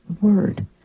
word